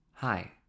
Hi